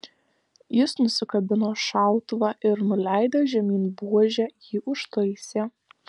jis nusikabino šautuvą ir nuleidęs žemyn buožę jį užtaisė